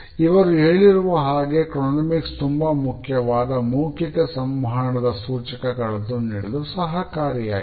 ಇವರು ಹೇಳಿರುವ ಹಾಗೆ ಕ್ರೋನೇಮಿಕ್ಸ್ ತುಂಬಾ ಮುಖ್ಯವಾದ ಮೌಖಿಕ ಸಂವಹನದ ಸೂಚಕಗಳನ್ನು ನೀಡಲು ಸಹಕಾರಿಯಾಗಿದೆ